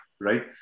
right